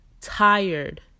tired